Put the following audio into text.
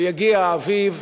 ויגיע האביב,